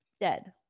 dead